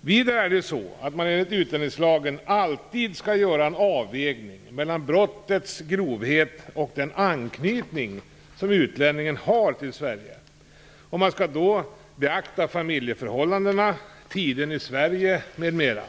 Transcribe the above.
Vidare är det ju så att man enligt utlänningslagen alltid skall göra en avvägning mellan brottets grovhet och den anknytning som utlänningen har till Sverige. Man skall då beakta familjeförhållandena, tiden i Sverige m.m.